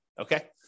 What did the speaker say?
okay